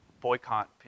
Boycott